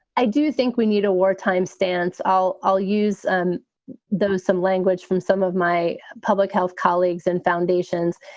i do think we need a wartime stance. i'll i'll use and those some language from some of my public health colleagues and foundations.